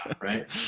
Right